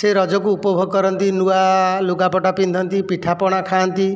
ସେ ରଜକୁ ଉପଭୋଗ କରନ୍ତି ନୂଆ ଲୁଗାପଟା ପିନ୍ଧନ୍ତି ପିଠାପଣା ଖାଆନ୍ତି